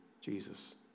Jesus